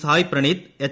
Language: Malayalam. സായ് പ്രണീത് എച്ച്